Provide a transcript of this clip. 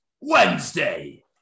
Wednesday